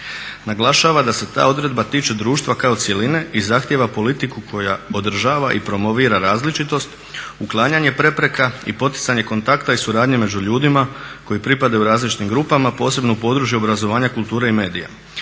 naglašava da se ta odredba tiče društva kao cjeline i zahtijeva politiku koja održava i promovira različitost, uklanjanje prepreka i poticanje kontakta i suradnje među ljudima koji pripadaju različitim grupama, posebno u području obrazovanja, kulture i medija.